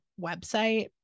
website